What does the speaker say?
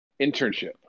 internship